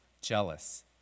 jealous